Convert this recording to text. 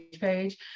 page